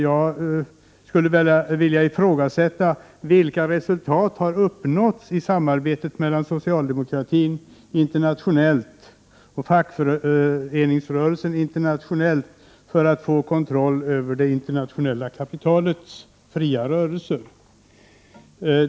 Jag skulle vilja fråga: Vilka resultat har uppnåtts i samarbetet mellan socialdemokratin och fackföreningsrörelsen i olika delar av världen när det gäller att få kontroll över det internationella kapitalets fria rörelser?